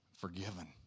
Forgiven